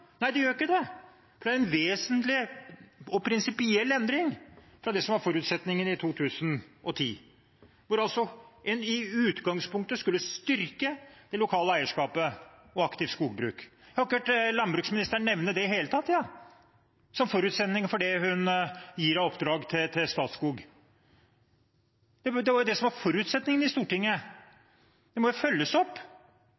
Nei, det gjør ikke det, for det er en vesentlig og prinsipiell endring fra det som var forutsetningen i 2010, hvor en altså i utgangspunktet skulle styrke det lokale eierskapet og aktivt skogbruk. Jeg har ikke hørt landbruksministeren i det hele tatt nevne det som forutsetning for det hun gir av oppdrag til Statskog. Det som var forutsetningen i Stortinget,